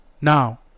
now